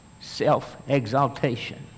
self-exaltation